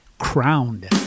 Crowned